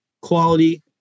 quality